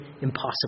impossible